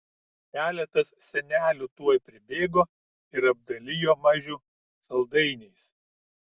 keletas senelių tuoj pribėgo ir apdalijo mažių saldainiais